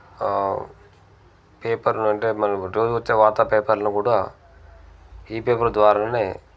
పేపర్లో అంటే మనకు రోజొచ్చే వార్తా పేపర్లో కూడా ఈ పేపర్ ద్వారానే